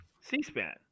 C-SPAN